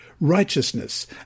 righteousness